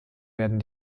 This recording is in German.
werden